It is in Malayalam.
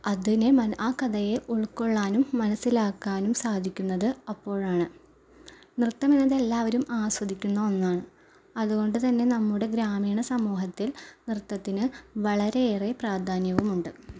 അതിനെ ആ കഥയെ ഉൾക്കൊള്ളാനും മനസ്സിലാക്കാനും സാധിക്കുന്നത് അപ്പോഴാണ് നൃത്തം എന്നത് എല്ലാവരും ആസ്വദിക്കുന്ന ഒന്നാണ് അതുകൊണ്ട് തന്നെ നമ്മുടെ ഗ്രാമീണ സമൂഹത്തിൽ നൃത്തത്തിന് വളരെയേറെ പ്രധാന്യവുമുണ്ട്